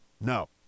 No